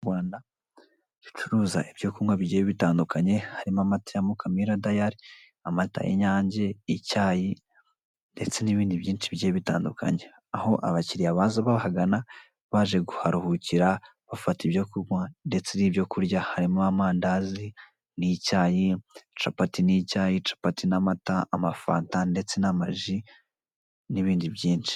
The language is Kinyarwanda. Iyi foto ndikubonaho ijerekani bashyiramo amata, icyuma cy'amata, fitigo, intebe, umugabo n'umwana baje guhaha ndetse n'umuntu ukorera mu idukaka uri kubafasha kubakira.